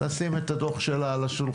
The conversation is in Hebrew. לשים את הדוח שלה על ה ,